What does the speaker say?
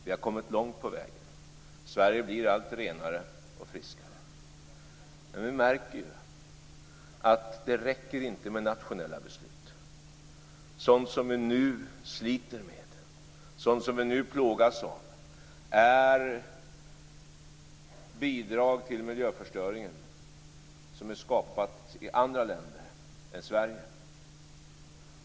Vi har kommit långt på vägen. Sverige blir allt renare och friskare, men vi märker att det inte räcker med nationella beslut. Sådant som vi nu sliter med och sådant som vi nu plågas av är bidrag till miljöförstöringen som är skapade i andra länder än Sverige.